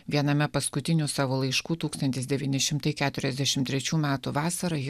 viename paskutinių savo laiškų tūkstantis devyni šimtai keturiasdešim trečių metų vasarą ji